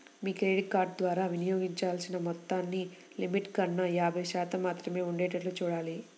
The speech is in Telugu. మీ క్రెడిట్ కార్డు ద్వారా వినియోగించాల్సిన మొత్తాన్ని లిమిట్ కన్నా యాభై శాతం మాత్రమే ఉండేటట్లుగా చూడాలి